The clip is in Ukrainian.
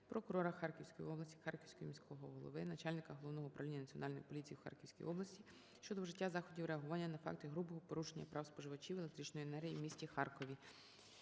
прокурора Харківської області, Харківського міського голови, начальника Головного управління Національної поліції в Харківській області щодо вжиття заходів реагування на факти грубого порушення прав споживачів електричної енергії в місті Харкові.